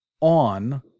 on